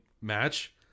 match